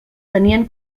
tenien